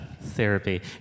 therapy